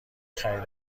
خرید